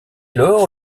lors